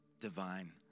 divine